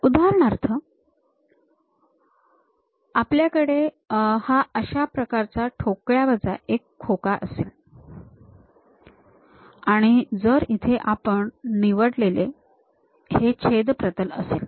उदाहरणार्थ आपल्याकडे हा अशा प्रकारचा ठोकळ्यावजा एक खोका असेल आणि जर इथे आपण निवडलेले हे छेद प्रतल असेल